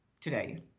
today